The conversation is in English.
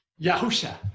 Yahusha